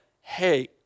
hey